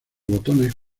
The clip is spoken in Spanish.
botones